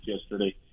yesterday